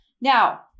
Now